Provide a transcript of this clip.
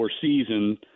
season